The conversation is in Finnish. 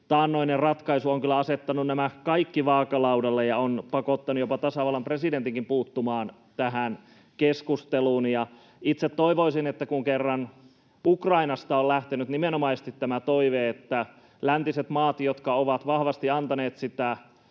taannoinen ratkaisu on asettanut nämä kaikki vaakalaudalle ja on pakottanut jopa tasavallan presidentin puuttumaan tähän keskusteluun. Kun kerran Ukrainasta on lähtenyt nimenomaisesti tämä toive, että läntiset maat, jotka ovat vahvasti antaneet sitä